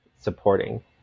supporting